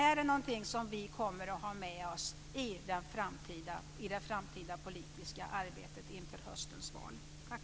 Detta är något som vi kommer att ha med oss i det framtida politiska arbetet inför höstens val.